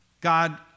God